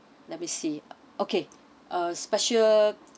let me see okay a special